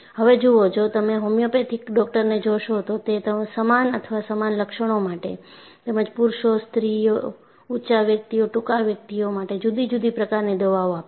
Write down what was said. હવે જુઓ જો તમે હોમિયોપેથિક ડૉક્ટરને જોશો તો તે સમાન અથવા સમાન લક્ષણો માટેતેમજ પુરુષો સ્ત્રીઓ ઊંચા વ્યક્તિઓ ટૂંકા વ્યક્તિઓ માટે જુદી જુદી પ્રકારની દવાઓ આપશે